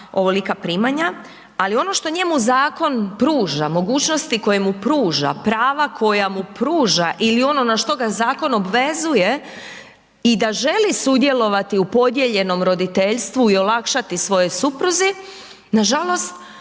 ali ono šta njemu Zakon pruža, mogućnosti koje mu pruža, prava koja mu pruža ili ono na što ga Zakon obvezuje i da želi sudjelovati u podijeljenom roditeljstvu i olakšati svojoj supruzi, nažalost